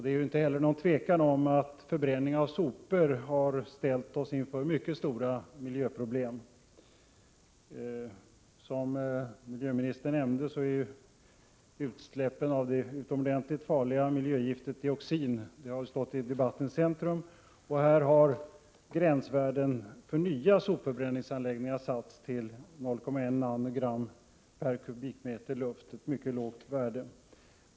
Det råder inte heller något tvivel om att förbränning av sopor har ställt oss inför mycket stora miljöproblem. Som miljöministern nämnde har utsläppen av det utomordentligt farliga miljögiftet dioxin stått i debattens centrum. Där har gränsvärdet för nya sopförbränningsanläggningar satts till 0,1 nanogram per kubikmeter luft — ett mycket lågt värde.